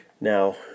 Now